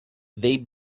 they